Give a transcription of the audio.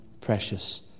precious